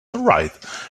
right